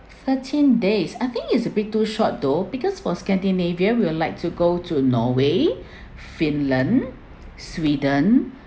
thirteen days I think is a bit too short though because for scandinavia we'll like to go to norway finland sweden